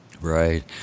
Right